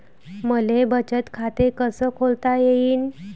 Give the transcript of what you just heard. मले बचत खाते कसं खोलता येईन?